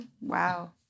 Wow